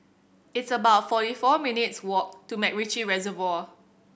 it's about forty four minutes' walk to MacRitchie Reservoir